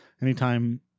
anytime